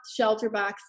ShelterBox